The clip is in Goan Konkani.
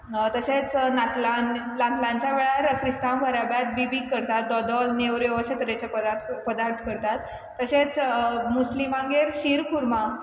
तशेंच नातलान नातलांच्या वेळार क्रिस्तांव घराब्यांत बिबींक करतात दोदोल नेवऱ्यो अशें तरेचे पदार्थ करतात तशेंच मुस्लिमांगेर शिरखुर्मा